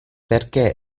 perché